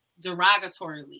derogatorily